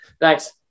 thanks